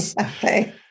Okay